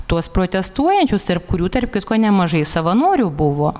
tuos protestuojančius tarp kurių tarp kitko nemažai savanorių buvo